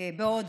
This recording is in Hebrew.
בהודו.